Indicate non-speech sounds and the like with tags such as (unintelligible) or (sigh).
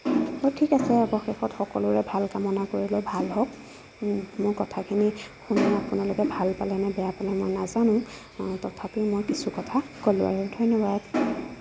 (unintelligible) ঠিক আছে অৱশেষত সকলোৰে ভাল কামনা কৰিলো ভাল হওক মোৰ কথাখিনি শুনি আপোনালোকে ভাল পালে নে বেয়া পালে মই নাজানো তথাপি মই কিছু কথা ক'লো আৰু ধন্যবাদ